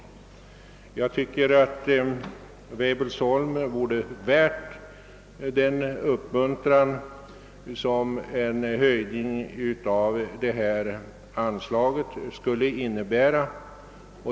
Jag tycker att Weibullsholms växtförädlingsanstalt vore värd den uppmuntran som en höjning av detta anslag skulle innebära.